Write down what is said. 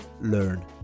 learn